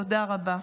תודה רבה.